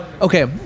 Okay